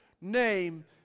name